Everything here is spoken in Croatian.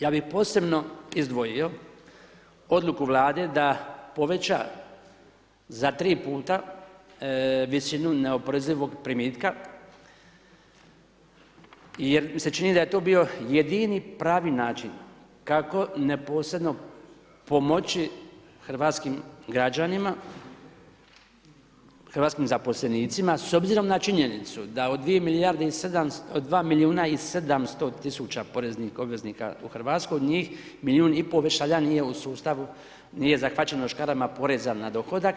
Ja bih posebno izdvojio odluku Vlade da poveća za 3 puta visinu neoporezivog primitka jer mi se čini da je to bio jedini pravi način kako neposredno pomoći hrvatskim građanima, hrvatskim zaposlenicima s obzirom na činjenicu da od 2 milijuna i 700 tisuća poreznih obveznika u Hrvatskoj njih milijun i pol već sada nije u sustavu, nije zahvaćeno škarama poreza na dohodak.